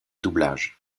doublage